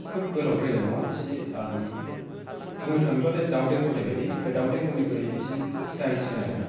खोब गोलावद्रायबो नङा इसे बुंनो थाङोब्लाथाय दाउ देंखरनि बायदि ओमफ्राय दाउ देंखरनिख्रुइ इसे स्टाइलसिन आरो ना